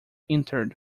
entered